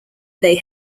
they